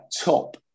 top